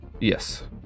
Yes